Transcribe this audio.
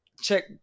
check